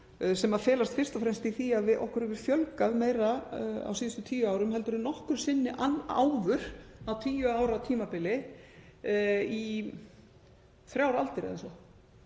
sem felast fyrst og fremst í því að okkur hefur fjölgað meira á síðustu tíu árum heldur en nokkru sinni áður á tíu ára tímabili í þrjár aldir þannig